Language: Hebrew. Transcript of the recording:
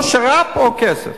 או שר"פ או כסף.